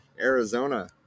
Arizona